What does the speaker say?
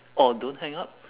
oh don't hang up